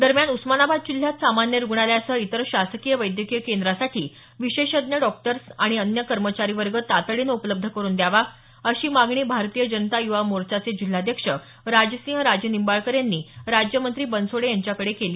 दरम्यान उस्मानाबाद जिल्ह्यात सामान्य रुग्णालयासह इतर शासकीय वैद्यकीय केंद्रासाठी विशेषज्ञ डॉक्टर्स तसंच अन्य कर्मचारी वर्ग तातडीने उपलब्ध करुन द्यावा अशी मागणी भारतीय जनता युवा मोर्चाचे जिल्हाध्यक्ष राजसिंहा राजेनिंबाळकर यांनी राज्यमंत्री बनसोडे यांच्याकडे केली